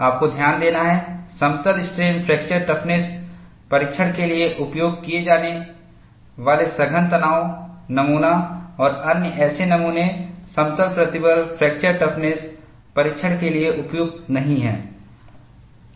आपको ध्यान देना है समतल स्ट्रेन फ्रैक्चर टफनेस परीक्षण के लिए उपयोग किए जाने वाले सघन तनाव नमूना और अन्य ऐसे नमूने समतल प्रतिबल फ्रैक्चर टफनेस परीक्षण के लिए उपयुक्त नहीं हैं